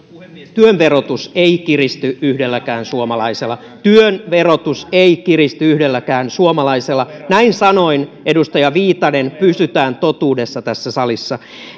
työn verotus ei kiristy yhdelläkään suomalaisella työn verotus ei kiristy yhdelläkään suomalaisella näin sanoin edustaja viitanen pysytään totuudessa tässä salissa